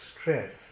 stress